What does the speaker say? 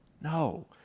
No